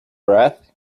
breath